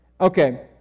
Okay